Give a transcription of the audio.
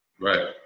Right